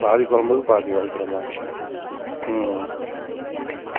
பாதி குழக்கு பாதி வறுக்கிற மாதிரி ம்